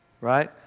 Right